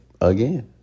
Again